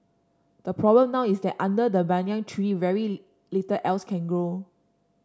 the problem now is that under the banyan tree very little else can grow